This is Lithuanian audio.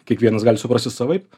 kiekvienas gali suprasti savaip